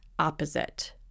opposite